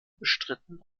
bestritten